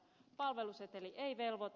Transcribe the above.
palveluseteli ei velvoita